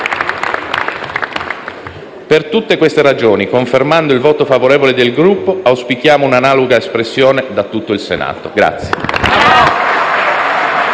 Per tutte queste ragioni, confermando il voto favorevole del Gruppo, auspichiamo un'analoga espressione da tutto il Senato.